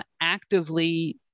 actively